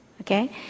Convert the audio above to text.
okay